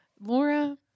Laura